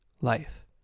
life